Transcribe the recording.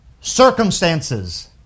circumstances